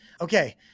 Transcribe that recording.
Okay